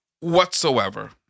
whatsoever